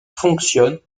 fonctionnent